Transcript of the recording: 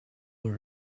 was